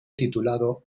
titulado